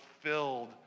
filled